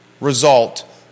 result